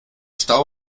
stau